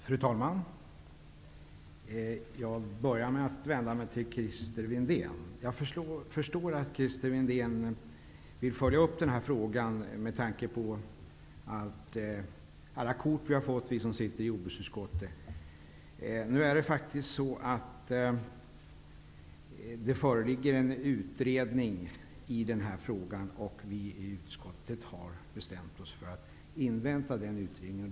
Fru talman! Jag börjar med att vända mig till Christer Windén. Jag förstår att han vill följa upp den här frågan med tanke på alla kort som vi som sitter i jordbruksutskottet har fått. Denna fråga utreds, och vi i utskottet har bestämt oss för att invänta den utredningen.